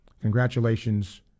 congratulations